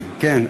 כן,